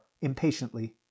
impatiently